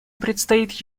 предстоит